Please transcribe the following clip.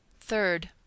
Third